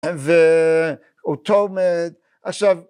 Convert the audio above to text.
ואותו... עכשיו